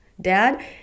dad